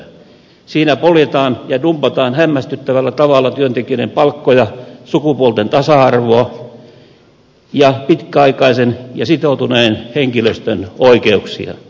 siinä poljetaan ja dumpataan hämmästyttävällä tavalla työntekijöiden palkkoja sukupuolten tasa arvoa ja pitkäaikaisen ja sitoutuneen henkilöstön oikeuksia